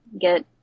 get